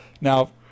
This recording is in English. Now